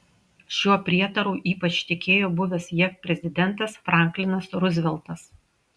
šiuo prietaru ypač tikėjo buvęs jav prezidentas franklinas ruzveltas